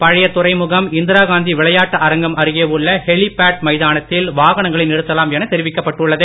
பழைய துறைமுகம் இந்திராகாந்தி விளையாட்டு அரங்கம் அருகே உள்ள ஹெலிபேட் மைதானத்தில் வாகனங்களை நிறுத்தலாம் தெரிவிக்கப்பட்டுள்ளது